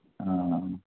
ആ